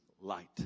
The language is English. light